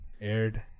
aired